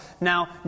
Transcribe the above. Now